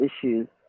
issues